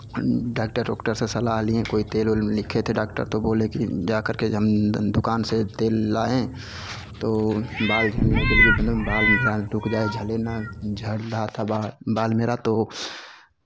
doctor ऑक्टर से सलाह लिए कोई तेल ओल लिखे थे डॉक्टर तो बोले कि जाकर के हम दुकान से तेल लाए तो बाल झड़ने के लिए बाल में रुक जाए झड़े ना झड़ रहा था बाल बाल मेरा तो